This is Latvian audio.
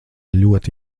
ļoti